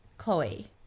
Chloe